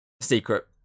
secret